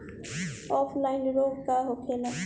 Offline रोग का होखे?